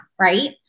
right